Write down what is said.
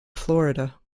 florida